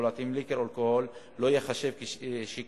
שוקולד עם ליקר אלכוהולי לא ייחשב שיכור,